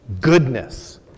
goodness